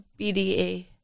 BDA